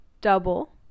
double